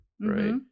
right